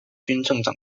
军政